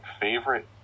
favorite